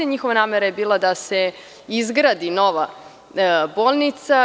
Njihova namera je bila da se izgradi nova bolnica.